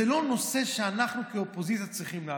לא נושא שאנחנו כאופוזיציה צריכים להעלות.